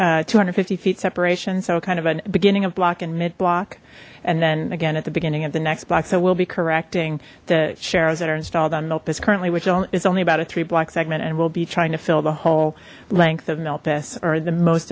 three two hundred and fifty feet separation so kind of a beginning of block and mid block and then again at the beginning of the next block so we'll be correcting the cheryl's that are installed on milpas currently which is only about a three block segment and we'll be trying to fill the whole length of milpas or the most